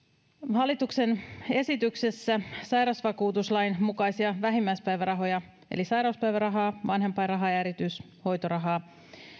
hallituksen esityksessä sairausvakuutuslain mukaisia vähimmäispäivärahoja eli sairauspäivärahaa vanhempainrahaa ja ja erityishoitorahaa